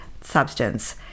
substance